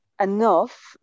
enough